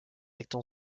actes